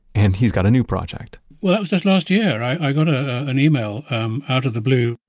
and he's got a new project well it was just last year i got ah an email um out of the blue,